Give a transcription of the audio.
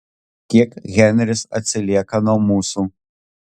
kiek henris atsilieka nuo mūsų